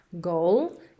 goal